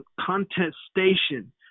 contestation